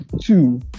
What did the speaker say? two